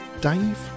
Dave